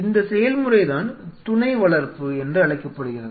இந்த செயல்முறைதான் துணை வளர்ப்பு என்று அழைக்கப்படுகிறது